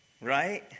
Right